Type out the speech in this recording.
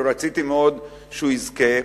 ורציתי מאוד שהוא יזכה,